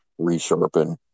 resharpen